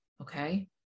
Okay